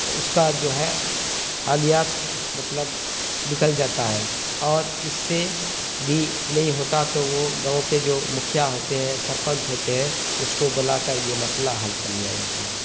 تو اس کا جو ہے حالیات مطلب لکل جاتا ہے اور اس سے بھی نہیں ہوتا تو وہ گاؤں کے جو مکھیا ہوتے ہیں سرپنچ ہوتے ہیں اس کو بلا کر یہ مسئلہ حل کر لیا جاتا ہے